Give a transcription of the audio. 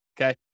okay